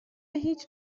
هیچ